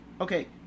Okay